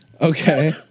Okay